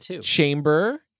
Chamber